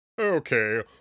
Okay